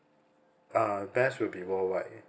uh best will be worldwide